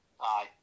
Aye